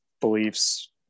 beliefs